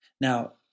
Now